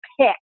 pick